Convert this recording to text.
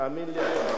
תאמין לי,